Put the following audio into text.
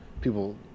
people